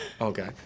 okay